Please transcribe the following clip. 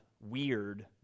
weird